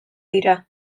dira